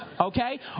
Okay